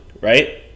right